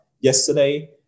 yesterday